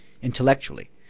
intellectually